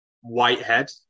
Whitehead